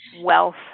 wealth